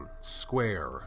square